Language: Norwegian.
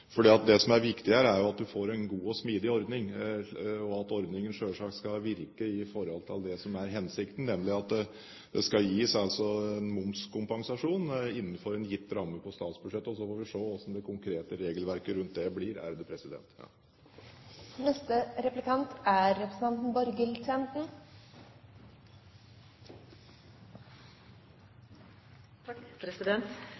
Det som er viktig her, er at en får en god og smidig ordning, og at ordningen selvsagt skal virke etter det som er hensikten, nemlig at det skal gis en momskompensasjon innenfor en gitt ramme på statsbudsjettet. Så får vi se hvordan det konkrete regelverket rundt det blir.